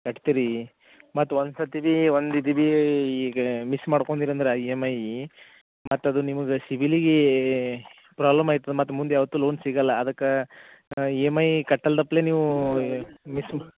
ಕಟ್ತಿರಿ ಮತ್ತು ಒಂದ್ಸರ್ತಿ ಬಿ ಒಂದು ಇದು ಬೀ ಈಗ ಮಿಸ್ ಮಾಡ್ಕೊಂದಿರ ಅಂದ್ರ ಇ ಎಮ್ ಐ ಮತ್ತು ಅದು ನಿಮ್ಗ ಸಿಬಿಲಿಗೀ ಪ್ರಾಬ್ಲಮ್ ಐತದ ಮತ್ತು ಮುಂದ ಯಾವತ್ತು ಲೋನ್ ಸಿಗಲ್ಲ ಅದಕ್ಕೆ ಇ ಎಮ್ ಐ ಕಟ್ಟಲ್ದಪ್ಲೆ ನೀವು ಮಿಸ್